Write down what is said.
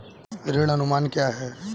ऋण अनुमान क्या है?